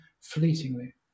fleetingly